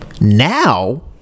Now